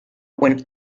when